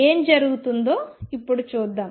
ఏమి జరుగుతుందో ఇప్పుడు చూద్దాం